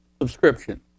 subscription